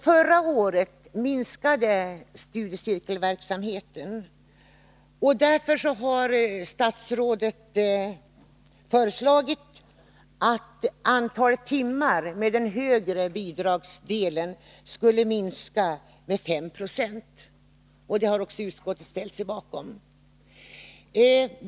Förra året minskade studiecirkelverksamheten, och därför har statsrådet föreslagit att antalet timmar med det högre bidraget skall minskas med 5 96, vilket utskottet ställt sig bakom.